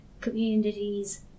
communities